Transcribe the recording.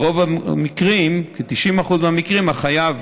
ברוב המקרים, בכ-90% מהמקרים, החייב,